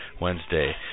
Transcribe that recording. Wednesday